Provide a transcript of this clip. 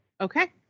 Okay